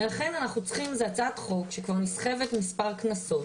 ובגלל שזאת הצעת חוק שכבר נסחבת מספר כנסות,